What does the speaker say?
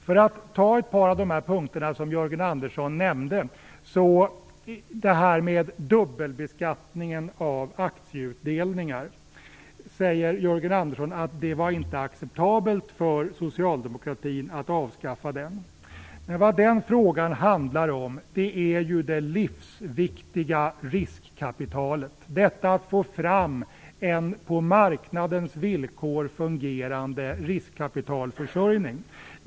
Låt mig ta upp ett par av de punkter som Jörgen Andersson nämnde. Först till detta med dubbelbeskattningen av aktieutdelningar. Det var, säger Jörgen Andersson, inte acceptabelt för socialdemokratin att avskaffa denna. Men vad den frågan handlar om är ju det livsviktiga riskkapitalet. Det handlar om att få fram en på marknadens villkor fungerande riskkapitalförsörjning.